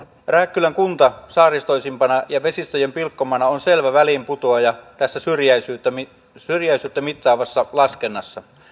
rääkkylän kunta saaristoisimpana ja vesistöjen pilkkomana on selvä väliinputoaja tässä syrjäisyyttä mittaavassa laskennassa